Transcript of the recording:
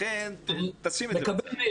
לכן שים את זה בצד.